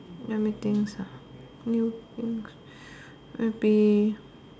let me think ah new things maybe